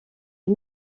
est